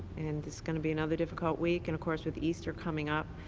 and it's going to be another difficult week and of course, with easter coming up,